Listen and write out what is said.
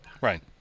Right